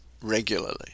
regularly